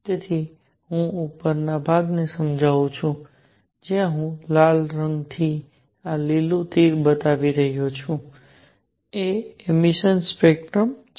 તેથી હું ઉપરના ભાગને સમજાવું છું જ્યાં હું લાલ રંગથી આ લીલું તીર બતાવી રહ્યો છું એ એમિસન સ્પેક્ટ્રમ છે